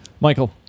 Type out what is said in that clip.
Michael